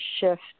shift